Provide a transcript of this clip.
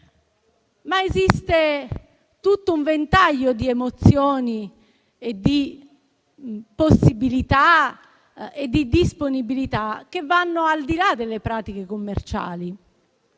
però tutto un ventaglio di emozioni, possibilità e disponibilità che va al di là delle pratiche commerciali.